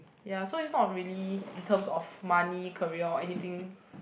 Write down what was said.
ya so it's not really in terms of money career or anything